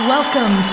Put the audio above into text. Welcome